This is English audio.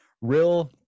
real